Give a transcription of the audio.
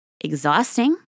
exhausting